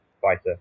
fighter